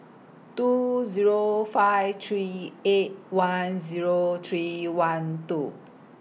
two Zero five three eight one Zero three one two